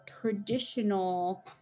traditional